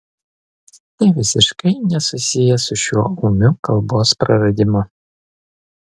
tai visiškai nesusiję su šiuo ūmiu kalbos praradimu